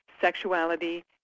sexuality